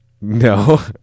No